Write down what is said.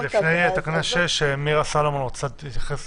רגע, לפני תקנה 6, מירה סלומון רוצה להתייחס